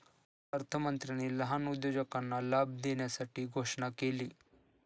अर्थमंत्र्यांनी लहान उद्योजकांना लाभ देण्यासाठी घोषणा केली